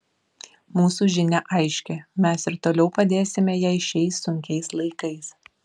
mūsų žinia aiški mes ir toliau padėsime jai šiais sunkiais laikais